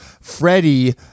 Freddie